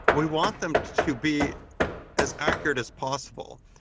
we want them to to be as accurate as possible.